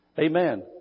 Amen